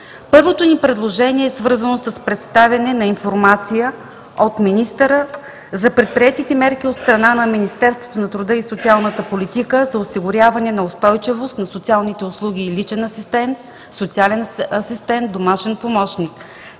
Първото ни предложение е свързано с представяне на информация от министъра за предприетите мерки от страна на Министерството на труда и социалната политика за осигуряване на устойчивост на социалните услуги и личен асистент, социален асистент, домашен помощник